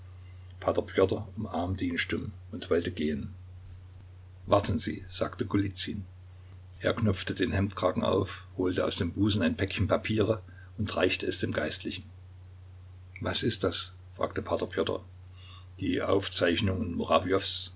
umarmte ihn stumm und wollte gehen warten sie sagte golizyn er knöpfte den hemdkragen auf holte aus dem busen ein päckchen papiere und reichte es dem geistlichen was ist das fragte p pjotr die aufzeichnungen